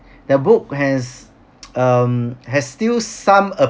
the book has um has still some